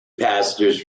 passengers